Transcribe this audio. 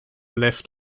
left